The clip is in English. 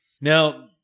Now